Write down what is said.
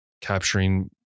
capturing